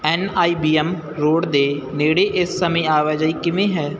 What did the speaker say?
N I B M road ਦੇ ਨੇੜੇ ਇਸ ਸਮੇਂ ਆਵਾਜਾਈ ਕਿਵੇਂ ਹੈ